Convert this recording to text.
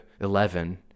Eleven